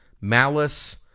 malice